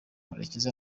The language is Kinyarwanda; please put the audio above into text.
murekezi